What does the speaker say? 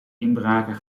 inbraken